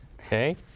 Okay